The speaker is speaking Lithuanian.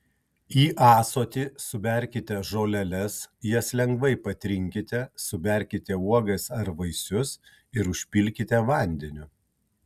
į ąsotį suberkite žoleles jas lengvai patrinkite suberkite uogas ar vaisius ir užpilkite vandeniu